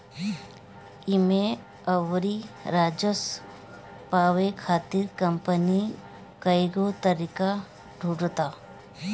एमे अउरी राजस्व पावे खातिर कंपनी कईगो तरीका ढूंढ़ता